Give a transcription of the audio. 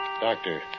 Doctor